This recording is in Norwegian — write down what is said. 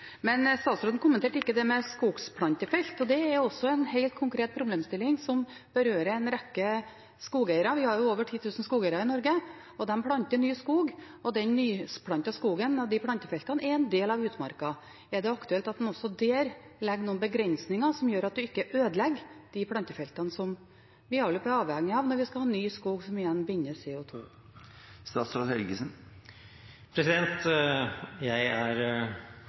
Men statsråden kommenterte ikke det med skogplantefelt. Det er også en helt konkret problemstilling, som berører en rekke skogeiere – vi har jo over 10 000 skogeiere i Norge, og de planter ny skog, og den nyplantede skogen og de plantefeltene er en del av utmarka. Er det aktuelt at en også der legger noen begrensninger som gjør at en ikke ødelegger de plantefeltene som vi alle er avhengige av, når vi skal ha ny skog, som igjen binder CO 2 ? Jeg er opptatt av skogen – både naturmangfoldet og karbonbindingseffekten – og er